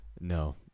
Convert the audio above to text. No